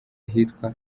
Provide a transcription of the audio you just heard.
ahitwa